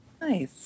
Nice